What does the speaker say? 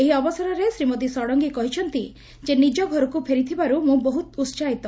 ଏହି ଅବସରେ ଶ୍ରୀମତୀ ଷଡ଼ଙଗୀ କହିଛନ୍ତି ଯେ ନିଜ ଘରକୁ ଫେରିଥିବାରୁ ମୁଁ ବହୁତ ଉହାହିତ